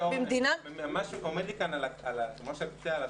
עומד לי כאן על קצה הלשון.